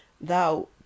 thou